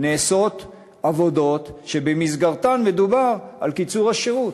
נעשות עבודות שבמסגרתן מדובר על קיצור השירות?